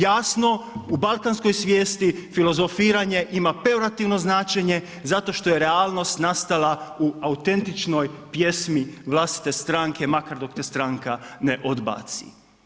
Jasno u balkanskoj svijesti filozofiranje ima peorativno značenje zato što je realnost nastala u autentičnoj pjesmi vlastite stranke makar dok te stranka ne odbaci.